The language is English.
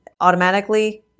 automatically